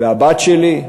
והבת שלי,